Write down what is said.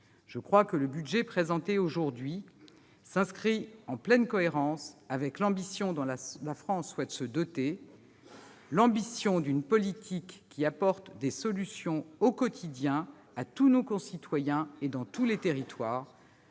Je crois que le budget présenté aujourd'hui s'inscrit pourtant en pleine cohérence avec l'ambition dont la France souhaite se doter. Je n'en suis vraiment pas sûr ! L'ambition d'une politique qui apporte des solutions au quotidien à tous nos concitoyens et dans tous les territoires.